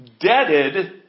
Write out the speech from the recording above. debted